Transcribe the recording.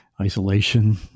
isolation